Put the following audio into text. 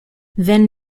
wenn